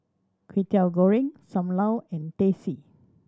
Kwetiau Goreng Sam Lau and Teh C